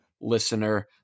listener